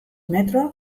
metro